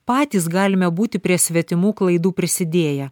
patys galime būti prie svetimų klaidų prisidėję